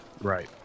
Right